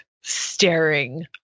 staring